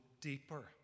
deeper